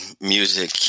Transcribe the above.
music